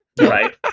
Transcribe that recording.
Right